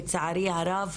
לצערי הרב,